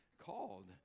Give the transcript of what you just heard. called